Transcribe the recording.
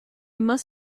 must